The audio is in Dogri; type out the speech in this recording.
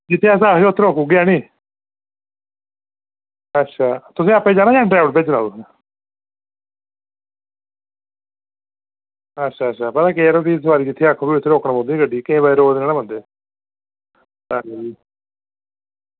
जित्थें अस आखगे उत्थें रोकी ओड़गे ऐ नी अच्छा तुसें आपें जाना जां ड्रैवर भेजना तुसें अच्छा अच्छा पता केह् यरो सोआरी जित्थें आक्खी ओड़दी उत्थे रोकनी पौंदा ना गड्डी केईं लोग नि ना मन्नदे